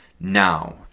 Now